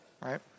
right